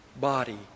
body